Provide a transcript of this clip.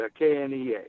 KNEA